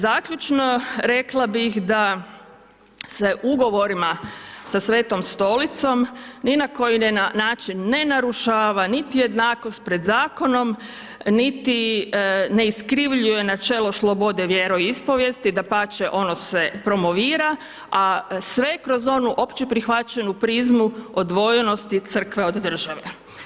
Zaključno rekla bih da se ugovorima sa Svetom Stolicom ni na koji način ne narušava nit jednakost pred zakonom, niti ne iskrivljuje načelo slobode vjeroispovijesti, dapače ono se promovira, a sve kroz onu općeprihvaćenu prizmu odvojenosti crkve od države.